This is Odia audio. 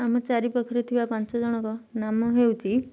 ଆମ ଚାରିପାଖରେ ଥିବା ପାଞ୍ଚ ଜଣଙ୍କ ନାମ ହେଉଛି